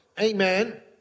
Amen